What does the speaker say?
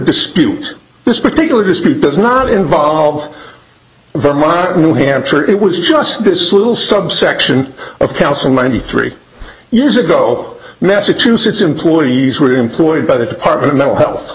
dispute this particular dispute does not involve vermont new hampshire it was just this little subsection of counsel ninety three years ago message to six employees were employed by the department of mental health